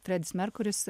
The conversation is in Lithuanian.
fredis merkuris